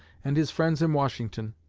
and his friends in washington,